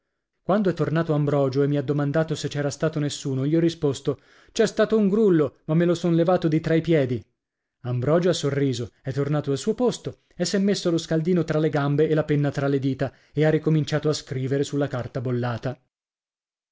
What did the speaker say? quando è tornato ambrogio e mi ha domandato se c'era stato nessuno gli ho risposto c'è stato un grullo ma me lo son levato di tra i piedi ambrogio ha sorriso è tornato al suo posto s'è messo lo scaldino tra le gambe e la penna tra le dita e ha ricominciato a scrivere sulla carta bollata